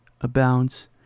abounds